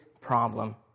problem